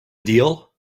deal